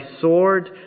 sword